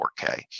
4K